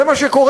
זה מה שקורה.